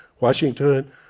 Washington